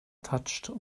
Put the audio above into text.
touched